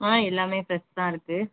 ஆ எல்லாமே ஃபிரெஷ் தான் இருக்குது